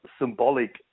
symbolic